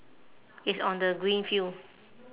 it's on the green field